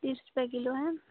बीस रुपये किलो है